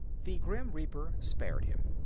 the grim reaper spared him,